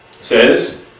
says